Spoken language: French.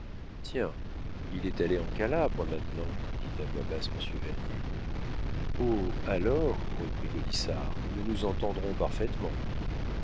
tiens il est allé en calabre maintenant dit à voix basse monsieur vernier oh alors reprit gaudissart nous nous entendrons parfaitement